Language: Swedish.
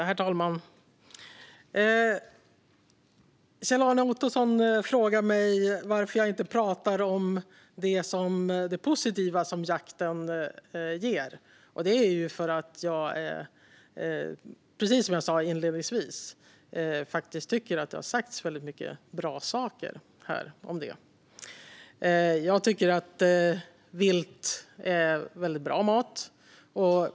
Herr talman! Kjell-Arne Ottosson frågade mig varför jag inte talar om det positiva som jakten ger. Det är för att jag tycker, som jag sa inledningsvis, att det har sagts väldigt många bra saker här om det. Jag tycker att vilt är mycket bra mat.